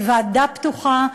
לישיבת ועדה פתוחה,